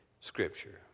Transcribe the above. Scripture